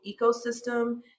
ecosystem